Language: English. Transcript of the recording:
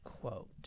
quote